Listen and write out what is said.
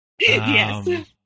Yes